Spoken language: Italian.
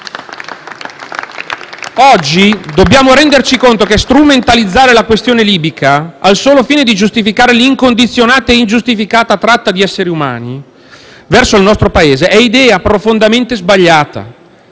Oggi dobbiamo renderci conto che strumentalizzare la questione libica al solo fine di giustificare l'incondizionata e ingiustificata tratta di esseri umani verso il nostro Paese, è idea profondamente sbagliata,